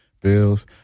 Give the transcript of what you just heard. Bills